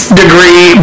degree